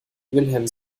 wilhelm